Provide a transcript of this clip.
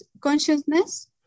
consciousness